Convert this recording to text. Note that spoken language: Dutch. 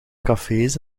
cafés